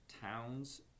towns